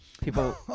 People